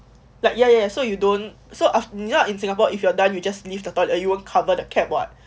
like ya ya so you don't so aft~ ya in singapore if you are done you just leave the thought that you won't cover the cap [what]